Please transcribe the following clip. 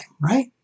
right